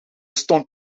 stond